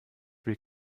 will